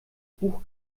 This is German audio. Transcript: buch